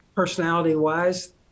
Personality-wise